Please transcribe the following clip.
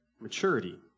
Maturity